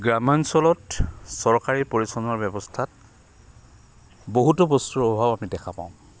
গ্ৰাম্যাঞ্চলত চৰকাৰী ব্যৱস্থাত বহুতো বস্তুৰ অভাৱ আমি দেখা পাওঁ